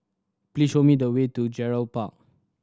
please show me the way to Gerald Park